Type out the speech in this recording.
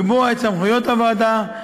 לקבוע את סמכויות הוועדה,